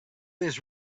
his